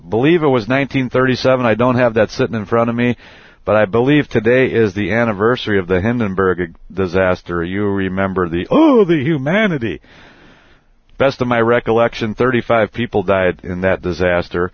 believe it was one hundred thirty seven i don't have that sitting in front of me but i believe today is the anniversary of the him in very good disaster you remember the oh the humanity best of my recollection thirty five people died in that disaster